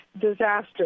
disaster